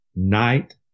Night